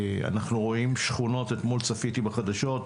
אתמול צפיתי בחדשות,